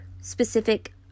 specific